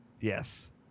Yes